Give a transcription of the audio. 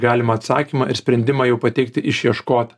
galimą atsakymą ir sprendimą jau pateikti išieškotą